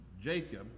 Jacob